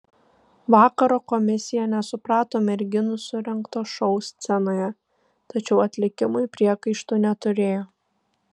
vakaro komisija nesuprato merginų surengto šou scenoje tačiau atlikimui priekaištų neturėjo